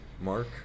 Mark